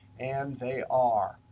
and they are.